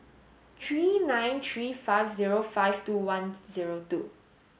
three nine three five zero five two one zero two